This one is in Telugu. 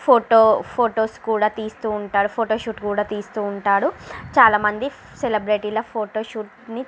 ఫోటో ఫోటోస్ కూడా తీస్తూ ఉంటారు ఫొటోషూట్ కూడా తీస్తూ ఉంటారు చాల మంది సెలబ్రిటీల ఫోటోషూట్ని